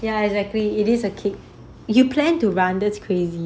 ya exactly it is a kick you plan to run this crazy